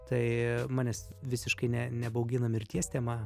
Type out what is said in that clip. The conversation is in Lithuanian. tai manęs visiškai ne nebaugina mirties tema